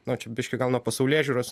nu biškį gal nuo pasaulėžiūros